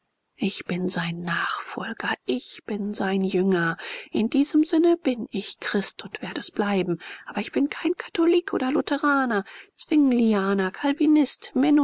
ich bin sein nachfolger ich bin sein jünger in diesem sinne bin ich christ und werde es bleiben aber ich bin kein katholik oder lutheraner